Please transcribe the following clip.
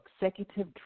executive